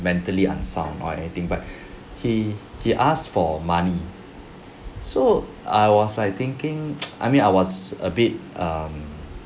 mentally unsound or anything but he he asked for money so I was like thinking I mean I was a bit um